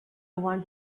want